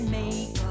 make